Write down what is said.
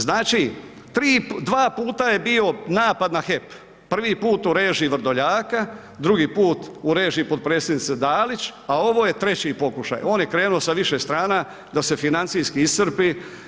Znači dva puta je bio napad na HEP, prvi put u režiji Vrdoljaka, drugi put u režiji potpredsjednice Dalić, a ovo je treći pokušaj, on je krenuo sa više strana da se financijski iscrpi.